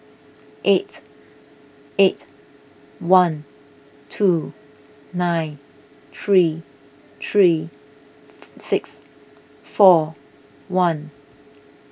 eight eight one two nine three three six four one